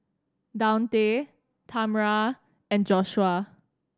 Daunte Tamra and Joshuah